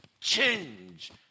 change